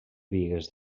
bigues